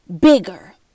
bigger